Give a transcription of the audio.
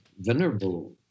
venerable